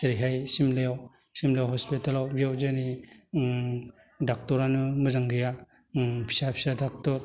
जेरैहाय सिमलायाव सिमला हस्पिटालाव बेयाव दिनै ड'क्टरानो मोजां गैया ओम फिसा फिसा ड'क्टर